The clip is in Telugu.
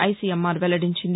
ఐసీఎంఆర్ వెల్లడించింది